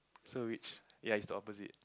so rich ya it's the opposite